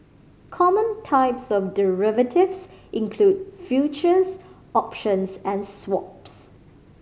common types of derivatives include futures options and swaps